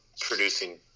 producing